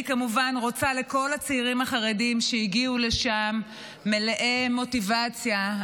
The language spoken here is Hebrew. אני כמובן רוצה לאחל לכל הצעירים החרדים שהגיעו לשם מלאי מוטיבציה,